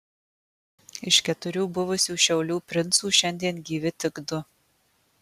iš keturių buvusių šiaulių princų šiandien gyvi tik du